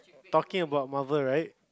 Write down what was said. talking about Marvel right